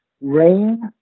rain